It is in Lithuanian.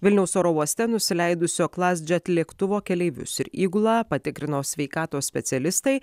vilniaus oro uoste nusileidusio klasjet lėktuvo keleivius ir įgulą patikrino sveikatos specialistai